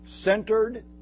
Centered